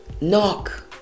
knock